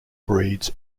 breeds